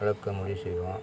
வளர்க்கும் படி செய்வோம்